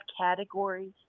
categories